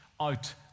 Out